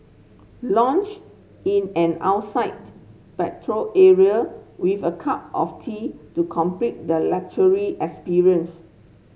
lounged in an outside patio area with a cup of tea to complete the luxury experience